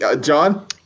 John